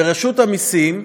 ורשות המסים,